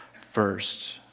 first